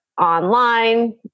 online